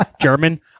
German